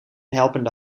helpende